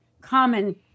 common